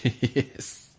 Yes